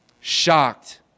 shocked